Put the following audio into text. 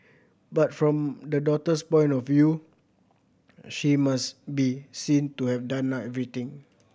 but from the daughter's point of view she must be seen to have done everything